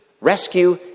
rescue